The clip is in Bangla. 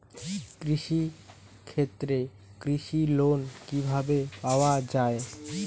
কৃষি ক্ষেত্রে কৃষি লোন কিভাবে পাওয়া য়ায়?